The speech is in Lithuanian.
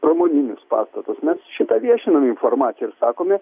pramoninius pastatus mes šitą viešinam informaciją ir sakome